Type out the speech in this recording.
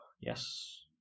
Yes